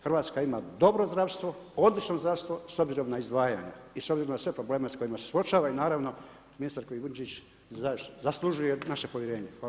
Hrvatska ima dobro zdravstvo, odlično zdravstvo s obzirom na izdvajanje i s obzirom na sve probleme s kojima se suočava i naravno ministar Kujundžić zaslužuje naše povjerenje.